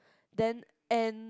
then and